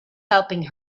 helping